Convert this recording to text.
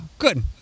Good